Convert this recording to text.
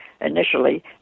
initially